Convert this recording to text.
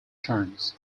turns